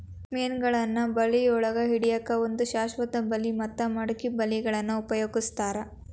ಮೇನಗಳನ್ನ ಬಳಿಯೊಳಗ ಹಿಡ್ಯಾಕ್ ಒಂದು ಶಾಶ್ವತ ಬಲಿ ಮತ್ತ ಮಡಕಿ ಬಲಿಗಳನ್ನ ಉಪಯೋಗಸ್ತಾರ